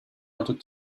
wanted